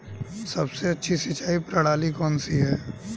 सबसे अच्छी सिंचाई प्रणाली कौन सी है?